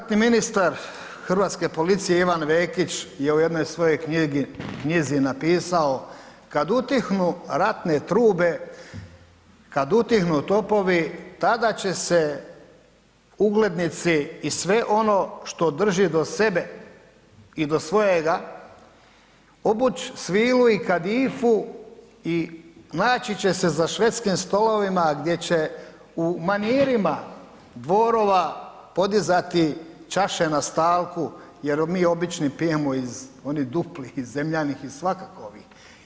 Ratni ministar Hrvatske policije Ivan Vekić je u jednoj svojoj knjizi napisao kad utihnu ratne trube, kad utihnu topovi tada će se uglednici i sve ono što drži do sebe i do svojega obući svilu i kadifu i naći će se za švedskim stolovima gdje će u manirima dvorova podizati čaše na stalku jer mi obični pijemo iz onih duplih i zemljanih i svakakvih.